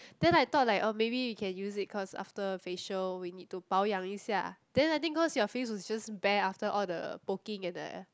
then I thought like um maybe we can use it cause after facial we need to 保养 then I think cause your face was just bare after all the poking and the